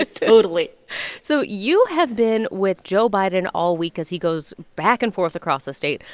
ah totally so you have been with joe biden all week, as he goes back and forth across the state.